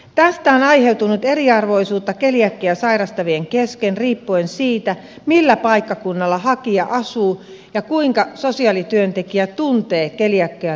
tästä on aiheutunut eriarvoisuutta keliakiaa sairastavien kesken riippuen siitä millä paikkakunnalla hakija asuu ja kuinka sosiaalityöntekijä tuntee keliakiaan liittyvät ongelmat